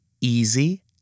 Easy